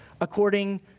according